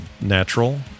natural